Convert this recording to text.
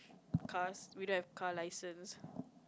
cars we don't have car license